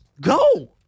go